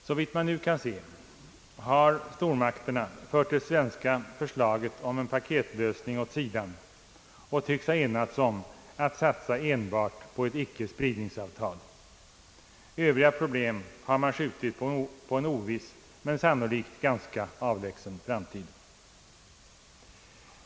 Såvitt man nu kan se har stormakterna fört det svenska förslaget om paketlösning åt sidan och tycks ha enats om att satsa enbart på ett icke-spridningsavtal. Övriga problem har man skjutit på en oviss men sannolikt ganska avlägsen framtid.